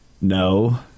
No